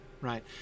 right